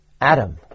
Adam